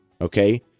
okay